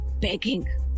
begging